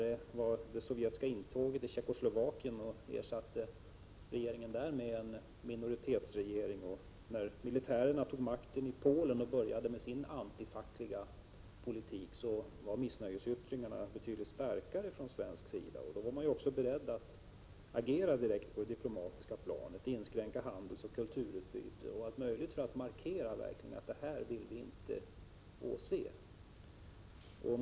Och när det sovjetiska intåget i Tjeckoslovakien skedde och regeringen där ersattes med en minoritetsregering samt när militären tog makten i Polen och började med sin antifackliga politik var missnöjesyttringarna från svensk sida betydligt starkare. Då var man ju också beredd att agera direkt på det diplomatiska planet. Det gällde t.ex. att inskränka handelsoch kulturutbytet för att verkligen markera att vi inte vill åse sådant.